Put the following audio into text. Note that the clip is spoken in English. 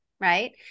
Right